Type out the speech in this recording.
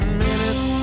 minutes